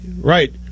Right